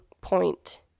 point